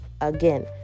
again